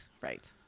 right